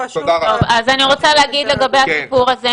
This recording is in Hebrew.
אז אני רוצה להגיד לגבי הסיפור הזה,